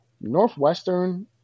Northwestern